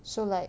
so like